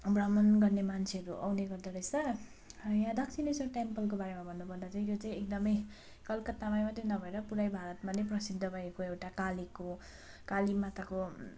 भ्रमण गर्ने मान्छेहरू आउने गर्दो रहेछ यहाँ दक्षिणेश्वर टेम्पलको बारेमा भन्नु पर्दा चाहिँ यो चाहिँ एकदम कलकत्तामा मात्रै नभएर पुरै भारतमा नै प्रसिद्ध भएको एउटा कालीको काली माताको